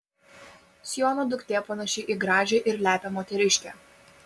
siono duktė panaši į gražią ir lepią moteriškę